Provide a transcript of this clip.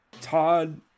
Todd